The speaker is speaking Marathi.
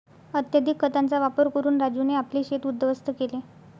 अत्यधिक खतांचा वापर करून राजूने आपले शेत उध्वस्त केले